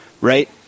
right